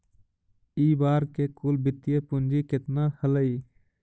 इ बार के कुल वित्तीय पूंजी केतना हलइ?